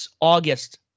August